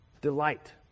delight